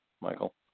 Michael